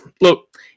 look